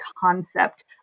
concept